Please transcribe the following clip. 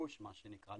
בפוש מה שנקרא,